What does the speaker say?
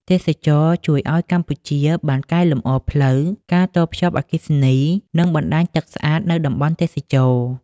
ទេសចរណ៍ជួយឲ្យកម្ពុជាបានកែលម្អផ្លូវ ការតភ្ជាប់អគ្គិសនី និងបណ្តាញទឹកស្អាតនៅតំបន់ទេសចរណ៍។